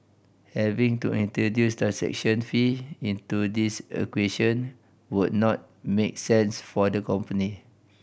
having to introduce transaction fee into this equation would not make sense for the company